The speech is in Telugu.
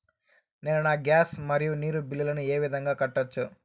నేను నా గ్యాస్, మరియు నీరు బిల్లులను ఏ విధంగా కట్టొచ్చు?